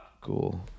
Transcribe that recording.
Cool